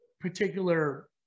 particular